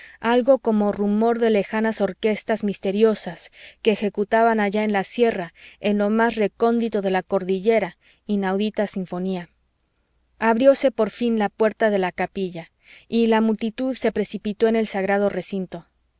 algo como rumor de lejanas orquestas misteriosas que ejecutaban allá en la sierra en lo más recóndito de la cordillera inaudita sinfonía abrióse por fin la puerta de la capilla y la multitud se precipitó en el sagrado recinto